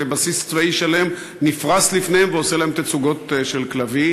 ובסיס צבאי שלם נפרס לפניהם ועושה להם תצוגות של כלבים,